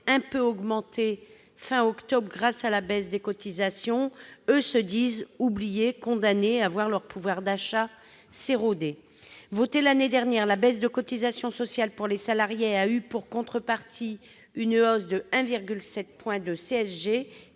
la fin du mois d'octobre, grâce à la baisse des cotisations, eux se disent oubliés, condamnés à voir leur pouvoir d'achat s'éroder. Votée l'année dernière, la baisse de cotisations sociales pour les salariés a eu pour contrepartie une hausse de 1,7 point de CSG,